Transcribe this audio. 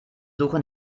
suche